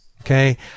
Okay